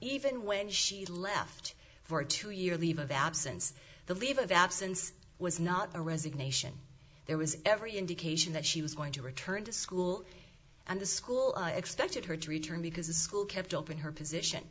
even when she left for a two year leave of absence the leave of absence was not a resignation there was every indication that she was going to return to school and the school i expected her to return because the school kept open her position